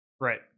Right